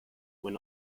were